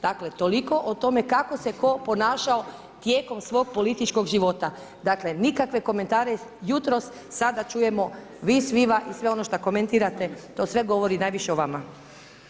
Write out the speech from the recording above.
Dakle toliko o tome kako se tko ponašao tijekom svog političkog života, dakle nikakve komentare, jutros, sada čujemo vi sve ono što komentirate to sve govori najviše o vama.